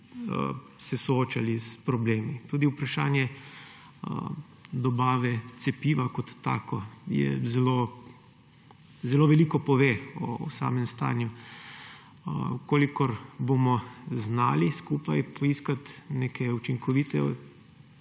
soočali s problemi. Tudi vprašanje dobave cepiva kot tako zelo veliko pove o samem stanju. Če bomo znali skupaj poiskati neke učinkovite